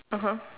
(uh huh)